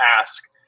ask